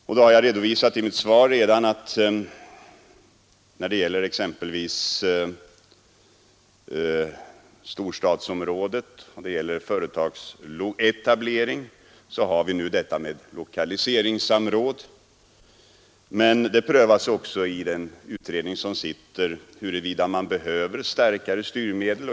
Jag har redan i mitt svar redovisat att när det gäller exempelvis företagsetablering i storstadsom rådena har vi nu infört lokaliseringssamråd, men den utredning som är tillsatt prövar också huruvida man behöver starkare styrmedel.